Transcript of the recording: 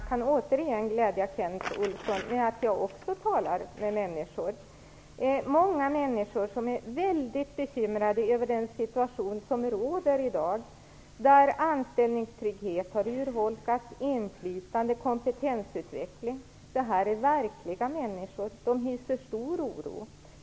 Herr talman! Jag kan återigen glädja Kent Olsson - också jag talar med människor. Många människor är mycket bekymrade över den situation som i dag råder, där anställningstrygghet, inflytande och kompetensutveckling har urholkats. Det gäller verkliga människor, som hyser stor oro.